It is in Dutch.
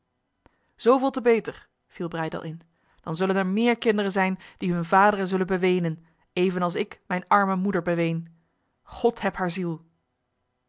zoveel te beter viel breydel in dan zullen er meer kinderen zijn die hun vaderen zullen bewenen evenals ik mijn arme moeder beween god heb haar ziel